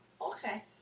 Okay